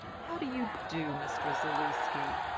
how do you do, mr. zaluski?